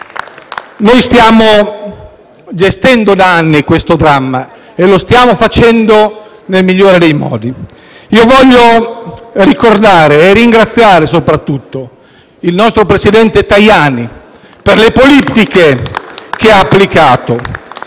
Noi stiamo gestendo da anni questo dramma e lo stiamo facendo nel migliore dei modi. Voglio ricordare e ringraziare soprattutto il nostro presidente Tajani per le politiche che ha applicato.